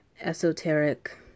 esoteric